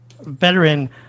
veteran